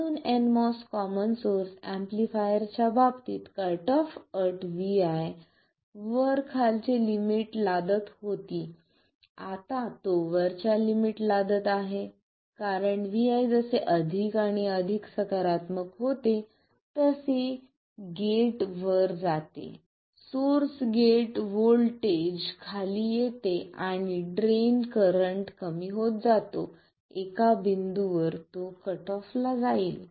म्हणून nMOS common source amplifier च्या बाबतीत कट ऑफ अट vi वर खालचे लिमिट लादत होती आता तो वरच्या लिमिट वर लादत आहे कारण vi जसे अधिक आणि अधिक सकारात्मक होते तसे गेट वर जाते सोर्स गेट व्होल्टेज खाली येते आणि ड्रेन करंट कमी होत जातो एका बिंदूवर तो कट ऑफ ला जाईल